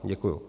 Děkuju.